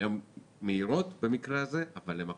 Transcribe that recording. הן מהירות במקרה הזה, אבל הן עקומות,